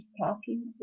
parking